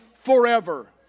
forever